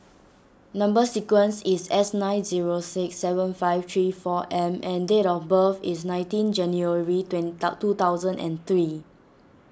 Number Sequence is S nine zero six seven five three four M and date of birth is nineteen January twenty two thousand and three